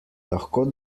lahko